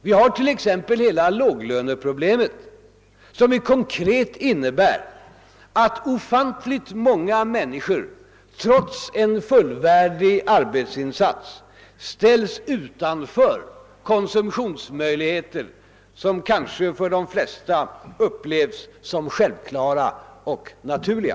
Vi har t.ex. hela låglöneproblemet, som konkret innebär att ofantligt många människor trots en fullvärdig arbetsinsats ställs utanför konsumtionsmöjligheter som kanske av de flesta uppfattas som självklara och naturliga.